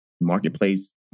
Marketplace